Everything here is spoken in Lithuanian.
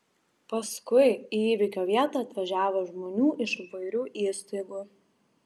paskui į įvykio vietą atvažiavo žmonių iš įvairių įstaigų